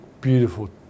beautiful